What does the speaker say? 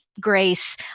grace